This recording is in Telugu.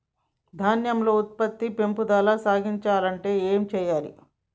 ధాన్యం ఉత్పత్తి లో పెంపుదల సాధించాలి అంటే ఏం చెయ్యాలి?